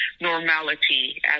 normality